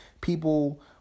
people